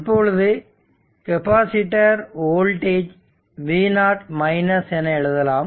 இப்பொழுது capacitor voltage v0 என எழுதலாம்